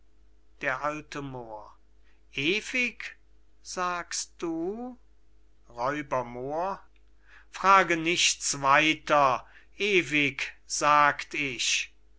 d a moor ewig sagst du r moor frage nichts weiter ewig sagt ich